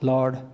Lord